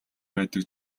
байдаг